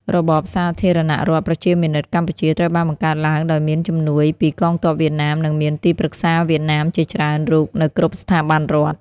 របប សាធារណរដ្ឋប្រជាមានិតកម្ពុជា ត្រូវបានបង្កើតឡើងដោយមានជំនួយពីកងទ័ពវៀតណាម និងមានទីប្រឹក្សាវៀតណាមជាច្រើនរូបនៅគ្រប់ស្ថាប័នរដ្ឋ។